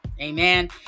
Amen